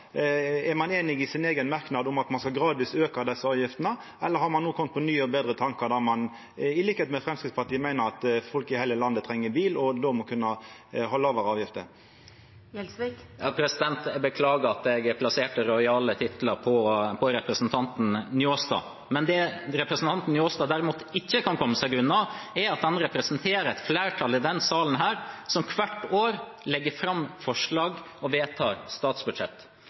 Er ein einig i eigen merknad om at ein gradvis skal auka desse avgiftene, eller har ein no kome på nye og betre tankar og meiner, likeins med Framstegspartiet, at folk i heile landet treng bil og då må kunna ha lågare avgifter? Jeg beklager at jeg plasserte rojale titler på representanten Njåstad, men det han derimot ikke kan komme seg unna, er at han representerer et flertall i denne salen som hvert år legger fram forslag og vedtar statsbudsjett.